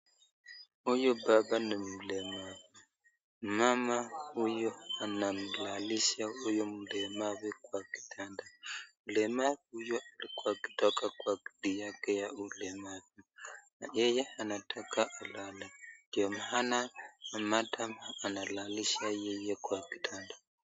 Huyu baba ni mlemavu. Mama huyu anamlalisha huyu mlemavu kwa kitanda. Mlemavu huyo akitoka kwenye kiti yake ya ulemavu, yeye anataka kulala ndio maana madam analalisha yeye kwa kitanda.